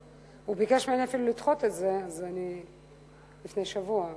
הוא ביקש ממני אפילו לדחות את זה לפני שבוע,